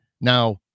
Now